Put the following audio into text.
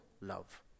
love